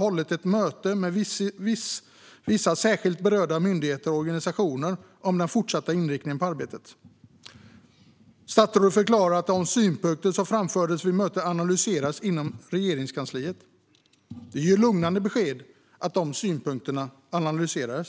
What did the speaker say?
hållit ett möte med vissa särskilt berörda myndigheter och organisationer om den fortsatta inriktningen på arbetet. Statsrådet förklarade att de synpunkter som framförts vid mötet analyserades inom Regeringskansliet. Att de synpunkterna analyserades är ju ett lugnande besked.